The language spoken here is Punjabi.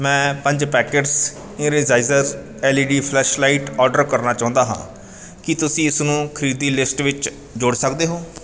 ਮੈਂ ਪੰਜ packets energizer L E D flashlight order ਕਰਨਾ ਚਾਹੁੰਦਾ ਹਾਂ ਕੀ ਤੁਸੀਂ ਇਸਨੂੰ ਖਰੀਦੀ ਲਿਸਟ ਵਿੱਚ ਜੋੜ ਸਕਦੇ ਹੋ